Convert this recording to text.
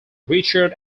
richard